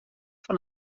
van